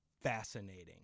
fascinating